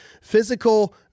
physical